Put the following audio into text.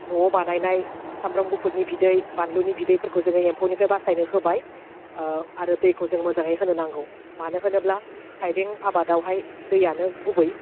न'आव बानायनाय सामब्राम गुफुरनि बिदै बानलुनि बिदैफोरखौ जोङो एम्फौनिफ्राय बासायनो होबाय ओह आरो दैखौ जों मोजाङै होनो नांगौ मानो होनोब्ला थाइबें आबादआवहाय दैआनो गुबै